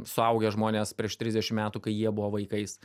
suaugę žmonės prieš trisdešimt metų kai jie buvo vaikais